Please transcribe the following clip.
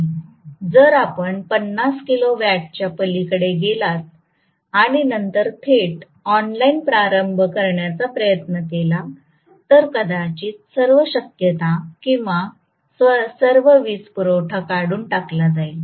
जर आपण 50 किलो वॅटच्या पलीकडे गेला आणि नंतर थेट ऑनलाइन प्रारंभ करण्याचा प्रयत्न केला तर कदाचित सर्व शक्यता किंवा सर्व वीजपुरवठा काढून टाकला जाईल